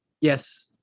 yes